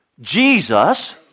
Jesus